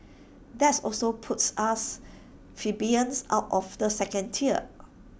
that also puts us plebeians out of the second tier